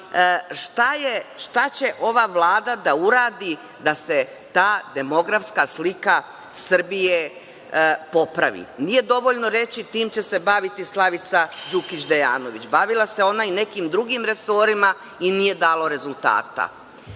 šta će ova Vlada da uradi da se ta demografska slika Srbije popravi? Nije dovoljno reći – time će se bati Slavica Đukić Dejanović. Bavila se ona i nekim drugim resorima i nije dalo rezultata. Tako